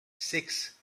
six